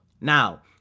Now